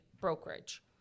brokerage